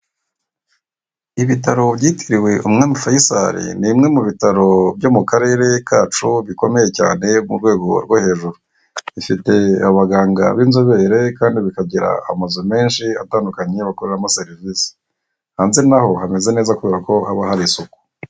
Ibitaro byitiriwe umwami Fayisari, ni bimwe mu bitaro byo mu karere kacu, bikomeye cyane mu rwego rwo hejuru. Bifite abaganga b'inzobere, kandi bikagira amazu menshi atandukanye bakoreramo serivise. Hanze na ho hameze neza, kubera ko haba hari isuku.